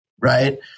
right